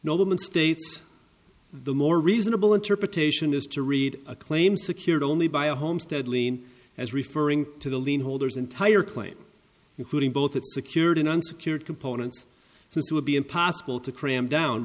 nobleman states the more reasonable interpretation is to read a claim secured only by a homestead lien as referring to the lien holders entire claim including both that secured and unsecured components this would be impossible to cram down